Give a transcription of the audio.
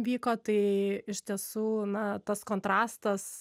vyko tai iš tiesų na tas kontrastas